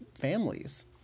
families